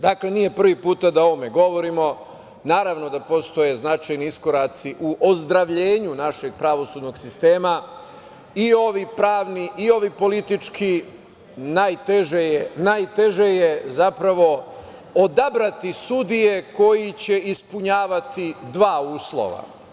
Dakle, nije prvi put da o ovome govorimo, naravno da postoje značajni iskoraci u ozdravljenju našeg pravosudnog sistema, i ovi pravni i ovi politički, najteže je zapravo odabrati sudije koji će ispunjavati dva uslova.